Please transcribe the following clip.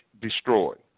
destroyed